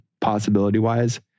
possibility-wise